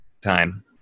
time